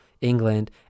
England